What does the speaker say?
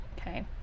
Okay